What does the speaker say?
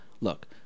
look